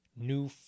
New